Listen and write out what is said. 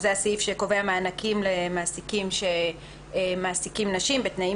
שזה הסעיף שקובע מענקים למעסיקים שמעסיקים נשים בתנאים